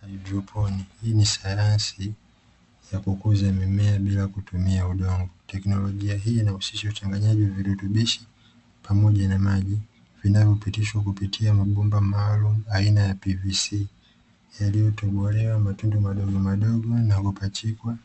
Haidroponi hii ni sayansi ya kukuza mimea bila kutumia udongo, teknolojia hii inahusisha uchanganyaji wa virutubishi pamoja na maji, vinavyopitishwa kupitia mabomba maalumu aina ya "pvc" yaliyotobolewa matunda madogomadogo na kupachikwa